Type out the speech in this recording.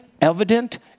evident